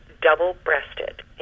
double-breasted